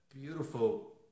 beautiful